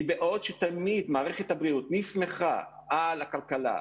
בעוד שתמיד מערכת הבריאות נסמכה על הכלכלה,